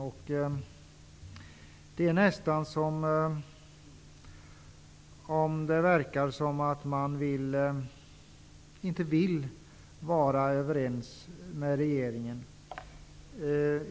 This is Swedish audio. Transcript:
Det verkar nästan som att man inte vill vara överens med regeringen.